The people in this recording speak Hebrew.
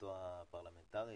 עבודתו הפרלמנטרית.